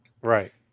right